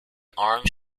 arms